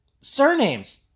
surnames